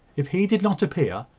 if he did not appear,